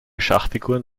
schachfiguren